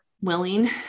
willing